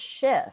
shift